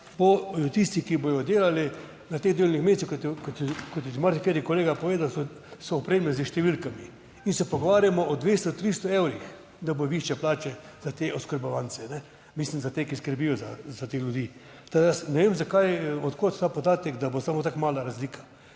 tisti, ki bodo delali na teh delovnih mestih, kot je že marsikateri kolega povedal, so opremljeni s številkami in se pogovarjamo o 200, 300 evrih, da bodo višje plače za te oskrbovance, mislim za te, ki skrbijo za te ljudi. Tako da, jaz ne vem zakaj, od kod ta podatek, da bo samo tako mala razlika.